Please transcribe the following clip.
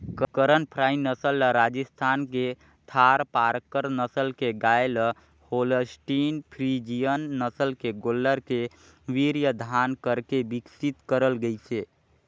करन फ्राई नसल ल राजस्थान के थारपारकर नसल के गाय ल होल्सटीन फ्रीजियन नसल के गोल्लर के वीर्यधान करके बिकसित करल गईसे